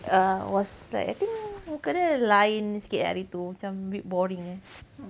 err was like I think muka dia lain sikit hari tu macam a bit boring eh